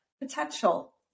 potential